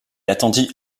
attendit